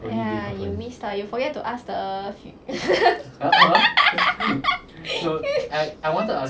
ya you missed out you forgot to ask the